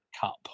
Cup